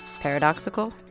Paradoxical